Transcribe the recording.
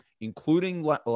including